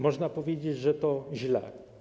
Można powiedzieć, że to źle.